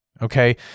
Okay